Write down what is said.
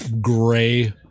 gray